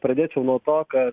pradėčiau nuo to kad